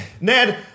Ned